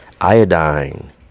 iodine